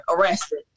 arrested